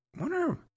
Wonder